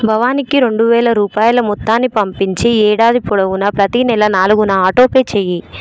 భవానీకి రెండు వేల రూపాయల మొత్తాన్ని పంపించి ఏడాది పొడవునా ప్రతీ నెల నాలుగున ఆటోపే చేయి